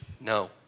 No